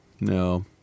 No